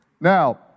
Now